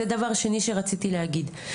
זה דבר שני שרציתי להגיד.